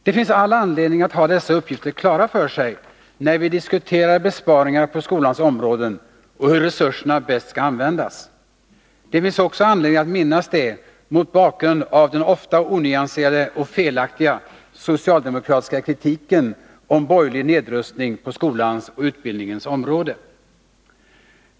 Det finns all anledning att ha dessa uppgifter klara för sig, när vi diskuterar besparingar på skolans områden och hur resurserna bäst skall användas. Det finns också anledning att minnas det mot bakgrund av den ofta onyanserade och felaktiga socialdemokratiska kritiken om borgerlig nedrustning på skolans och utbildningens område.